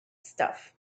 stuff